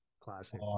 Classic